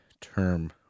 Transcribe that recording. term